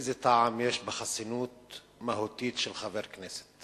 איזה טעם יש בחסינות מהותית של חבר כנסת